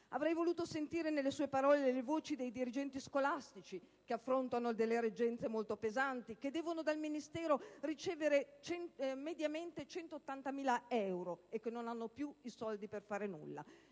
Avrei voluto sentire nelle sue parole le voci dei dirigenti scolastici che affrontano reggenze molto pesanti, che dal Ministero devono ricevere mediamente 180.000 euro e non hanno più i soldi per fare nulla;